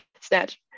Snatch